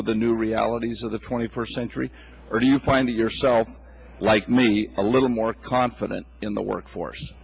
with the new realities of the twenty first century or do you find yourself like me a little more confident in the workforce